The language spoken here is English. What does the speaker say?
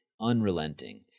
unrelenting